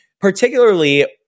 Particularly